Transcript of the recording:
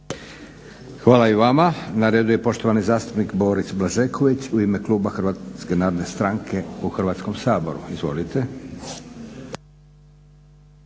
Hvala i vama. Na redu je poštovani zastupnik Boris Blažeković u ime kluba Hrvatske narodne stranke u Hrvatskom saboru. Izvolite.